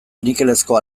nikelezko